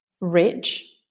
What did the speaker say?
rich